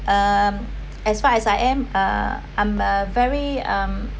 um as far as I am uh I'm a very um